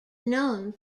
known